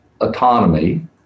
autonomy